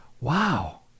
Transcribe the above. wow